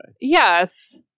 Yes